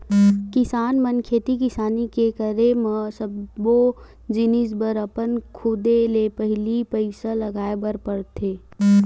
किसान मन खेती किसानी के करे म सब्बो जिनिस बर अपन खुदे ले पहिली पइसा लगाय बर परथे